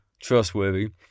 trustworthy